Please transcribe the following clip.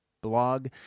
blog